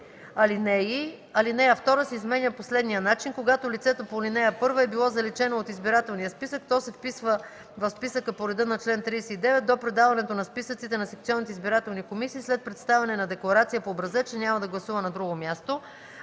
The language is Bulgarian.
Алинея 2 се изменя по следния начин: „(2) Когато лицето по ал. 1 е било заличено от избирателния списък, то се вписва в списъка по реда на чл. 39 до предаването на списъците на секционните избирателни комисии след представяне на декларация по образец, че няма да гласува на друго място.